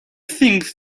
things